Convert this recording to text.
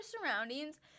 surroundings